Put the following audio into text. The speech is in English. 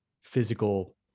physical